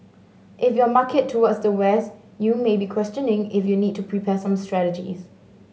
if your market towards the West you may be questioning if you need to prepare some strategies